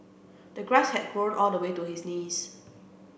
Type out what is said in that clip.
the grass had grown all the way to his knees